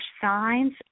signs